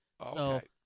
Okay